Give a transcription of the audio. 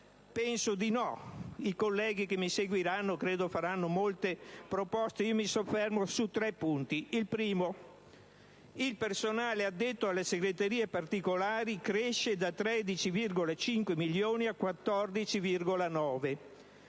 Penso di no. I colleghi che mi seguiranno credo faranno molte proposte. Io mi soffermo su tre punti. In primo luogo, la spesa per il personale addetto alle segreterie particolari cresce da 13,5 a 14,9 milioni,